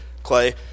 Clay